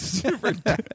Super